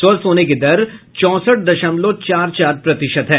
स्वस्थ होने की दर चौंसठ दशमलव चार चार प्रतिशत है